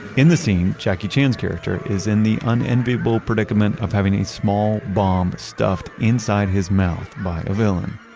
in the scene, jackie chan's character is in the unenviable predicament of having a small bomb stuffed inside his mouth by a villain.